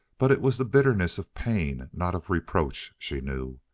but it was the bitterness of pain, not of reproach, she knew.